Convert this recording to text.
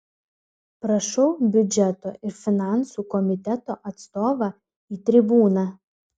prašau biudžeto ir finansų komiteto atstovą į tribūną